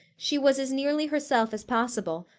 she was as nearly herself as possible,